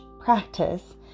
practice